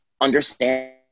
understand